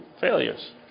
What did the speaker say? failures